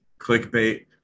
clickbait